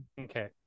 Okay